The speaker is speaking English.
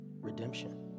redemption